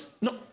no